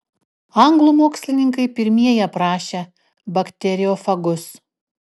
anglų mokslininkai pirmieji aprašė bakteriofagus